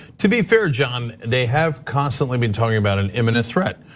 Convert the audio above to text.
to be fair, john, they have constantly been talking about an imminent threat.